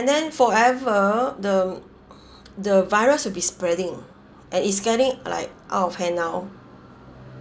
and then forever the the virus will be spreading and it's getting like out of hand now